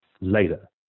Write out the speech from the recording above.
Later